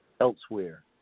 elsewhere